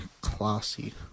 classy